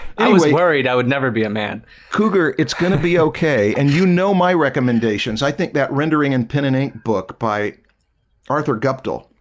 i was worried. i would never be a man cougar it's gonna be okay and you know my recommendations, i think that rendering and pen and ink book by arthur guptill